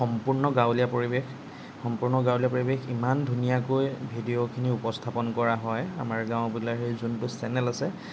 সম্পূৰ্ণ গাঁৱলীয়া পৰিৱেশ সম্পূৰ্ণ গাঁৱলীয়া পৰিৱেশ ইমান ধুনীয়াকৈ ভিডিঅ'খিনি উপস্থাপন কৰা হয় আমাৰ গাঁও বোলা সেই যোনটো চেনেল আছে